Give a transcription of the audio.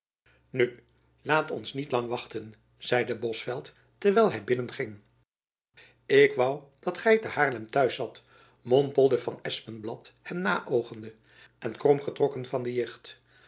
nu laat ons niet lang wachten zeide bosveldt terwijl hy binnen ging ik woû dat gy te haarlem t'huis zat mompelde van espenblad hem naöogende en krom getrokken van de